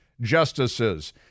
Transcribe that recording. justices